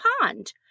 pond